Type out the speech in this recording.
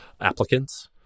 applicants